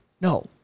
No